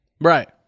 Right